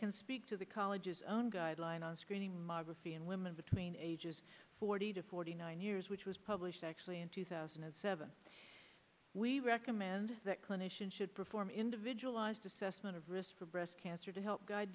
can speak to the college's own guidelines on screening mammography and women between ages forty to forty nine years which was published actually in two thousand and seven we recommend that clinicians should perform individualized assessment of risk for breast cancer to help guide